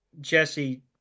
Jesse